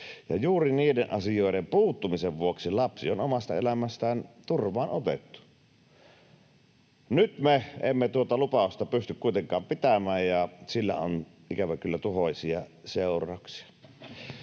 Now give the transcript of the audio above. juuri niiden asioiden puuttumisen vuoksi lapsi on omasta elämästään turvaan otettu. Nyt me emme tuota lupausta pysty kuitenkaan pitämään, ja sillä on, ikävä kyllä, tuhoisia seurauksia.